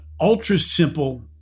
ultra-simple